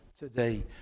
today